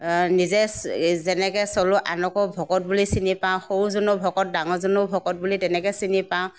নিজে যেনেকৈ চলোঁ আনকো ভকত বুলি চিনি পাওঁ সৰুজনো ভকত ডাঙৰজনো ভকত বুলি তেনেকৈ চিনি পাওঁ